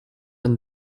een